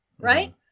right